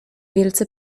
wielce